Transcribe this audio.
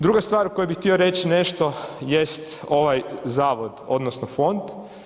Druga stvar o kojoj bih htio nešto jest ovaj zavod odnosno fond.